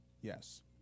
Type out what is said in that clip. Yes